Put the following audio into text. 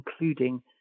including